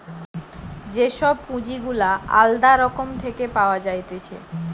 যে সব পুঁজি গুলা আলদা রকম থেকে পাওয়া যাইতেছে